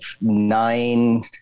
nine